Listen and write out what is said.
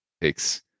takes